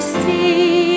see